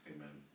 Amen